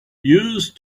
used